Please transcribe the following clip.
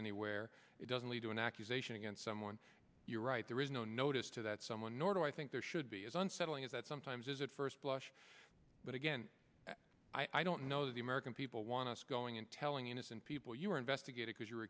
anywhere it doesn't lead to an accusation against someone you're right there is no notice to that someone nor do i think there should be as unsettling as that sometimes is at first blush but again i don't know that the american people want us going in telling innocent people you are investigating as you're